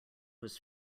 was